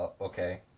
okay